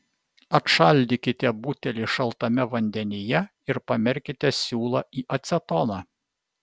atšaldykite butelį šaltame vandenyje ir pamerkite siūlą į acetoną